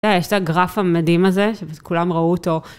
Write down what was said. יש את הגרף המדהים הזה שכולם ראו אותו.